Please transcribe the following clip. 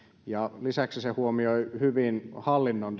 ja lisäksi se huomioi hyvin hallinnon